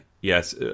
yes